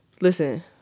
Listen